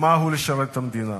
מהו לשרת את המדינה.